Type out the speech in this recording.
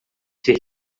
ser